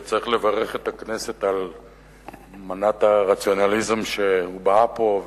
צריך לברך את הכנסת על מנת הרציונליזם שהובעה פה,